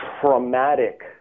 traumatic